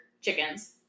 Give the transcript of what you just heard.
chickens